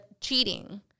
cheating